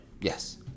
Yes